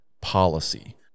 policy